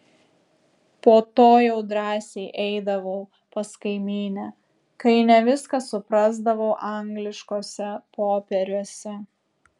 po to jau drąsiai eidavau pas kaimynę kai ne viską suprasdavau angliškuose popieriuose